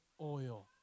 oil